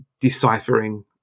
deciphering